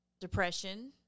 depression